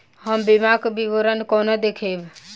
हम बीमाक विवरण कोना देखबै?